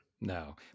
No